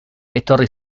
etorri